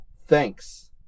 Thanks